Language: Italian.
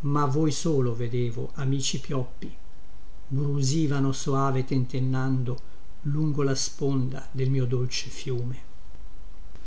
ma voi solo vedevo amici pioppi brusivano soave tentennando lungo la sponda del mio dolce fiume